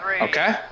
okay